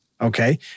okay